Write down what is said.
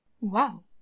Wow